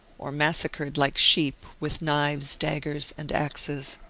or massacred like sheep with knives, daggers, and axes.